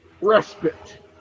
respite